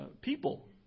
people